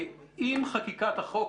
עם חקיקת החוק,